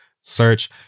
Search